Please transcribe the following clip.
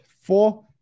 four